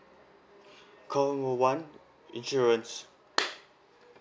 call one insurance